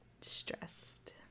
distressed